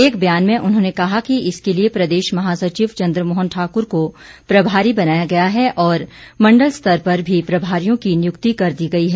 एक बयान में उन्होंने कहा कि इसके लिए प्रदेश महासचिव चंद्रमोहन ठाकुर को प्रभारी बनाया गया है और मंडल स्तर पर भी प्रभारियों की नियुक्ति कर दी गई है